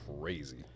Crazy